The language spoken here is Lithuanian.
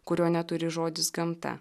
kurio neturi žodis gamta